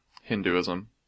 Hinduism